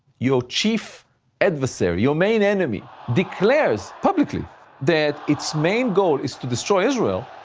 your chief adversary, your main enemy declared publicly that its main goal is to destroy israel,